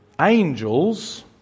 angels